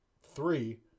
Three